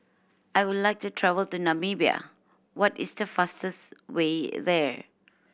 I would like to travel to Namibia what is the fastest way there